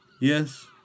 Yes